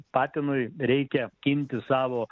patinui reikia imti savo